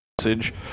message